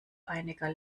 einiger